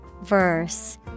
Verse